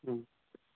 ꯎꯝ